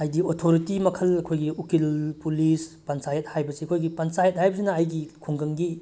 ꯍꯥꯏꯗꯤ ꯑꯣꯊꯣꯔꯤꯇꯤ ꯃꯈꯜ ꯑꯩꯈꯣꯏꯒꯤ ꯎꯀꯤꯜ ꯄꯨꯂꯤꯁ ꯄꯟꯆꯥꯌꯦꯠ ꯍꯥꯏꯕꯁꯤ ꯑꯩꯈꯣꯏꯒꯤ ꯄꯟꯆꯥꯌꯦꯠ ꯍꯥꯏꯕꯁꯤꯅ ꯑꯩꯒꯤ ꯈꯨꯡꯒꯪꯒꯤ